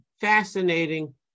Fascinating